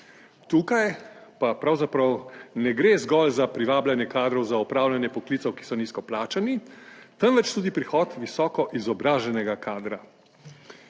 Tukaj pa pravzaprav ne gre zgolj za privabljanje kadrov za opravljanje poklicev, ki so nizko plačani, temveč tudi prihod visoko izobraženega kadra.